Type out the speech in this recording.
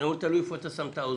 אני אומר תלוי איפה אתה שם את האוזן.